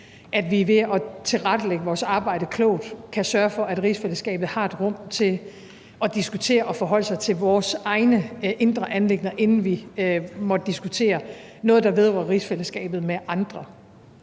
at vi ved at tilrettelægge vores arbejde klogt kan sørge for, at rigsfællesskabet har et rum til at diskutere og forholde sig til vores egne indre anliggender, inden vi måtte diskutere noget, der vedrører rigsfællesskabet, med andre.